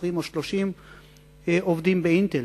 20 או 30 עובדים ב"אינטל".